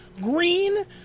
green